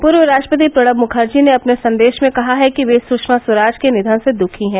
पूर्व राष्ट्रपति प्रणब मुखर्जी ने अपने संदेश में कहा है कि वे सूषमा स्वराज के निधन से दुखी हैं